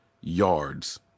yards